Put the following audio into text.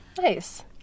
Nice